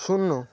শূন্য